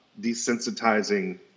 desensitizing